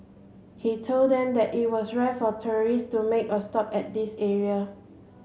he told them that it was rare for tourists to make a stop at this area